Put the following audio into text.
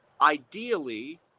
Ideally